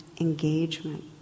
engagement